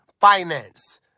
finance